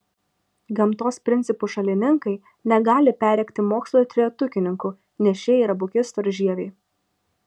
gamtos principų šalininkai negali perrėkti mokslo trejetukininkų nes šie yra buki storžieviai